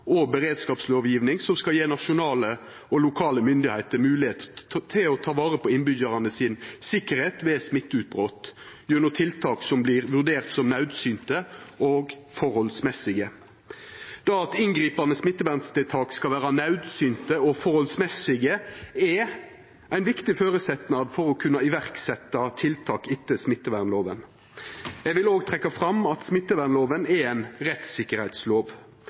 og beredskapslovgjeving som skal gje nasjonale og lokale myndigheiter moglegheit til å ta vare på sikkerheita til innbyggjarane ved smitteinnbrot gjennom tiltak som vert vurderte som naudsynte og forholdsmessige. Det at inngripande smittevernstiltak skal vera naudsynte og forholdsmessige, er ein viktig føresetnad for å kunna setja i verk tiltak etter smittevernloven. Eg vil òg trekkja fram at smittevernloven er ein